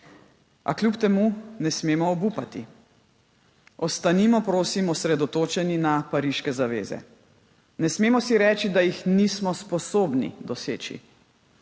A kljub temu ne smemo obupati. Ostanimo, prosim, osredotočeni na pariške zaveze. Ne smemo si reči, da jih nismo sposobni doseči.